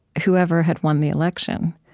whoever had won the election,